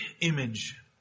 image